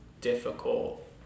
difficult